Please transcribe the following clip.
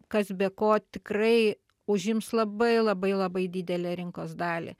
kas be ko tikrai užims labai labai labai didelę rinkos dalį